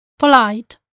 polite